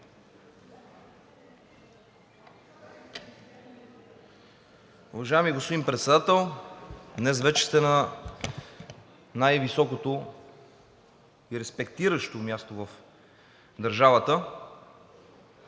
Уважаеми господин Председател, днес вече сте на най-високото и респектиращо място в държавата.